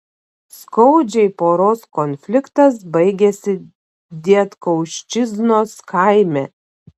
skaudžiai poros konfliktas baigėsi dietkauščiznos kaime